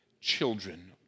children